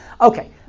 Okay